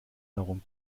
darum